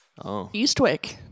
Eastwick